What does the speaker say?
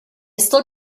still